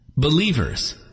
Believers